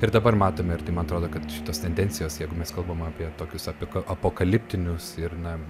ir dabar matome ir man atrodo kad šitos tendencijos jeigu mes kalbame apie tokius apie apokaliptinius ir na